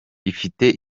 rifite